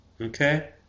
Okay